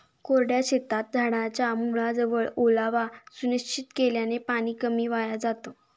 कोरड्या शेतात झाडाच्या मुळाजवळ ओलावा सुनिश्चित केल्याने पाणी कमी वाया जातं